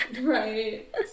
Right